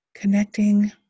Connecting